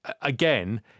Again